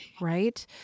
Right